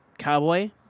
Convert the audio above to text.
Cowboy